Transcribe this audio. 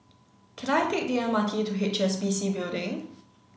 can I take the M R T to H S B C Building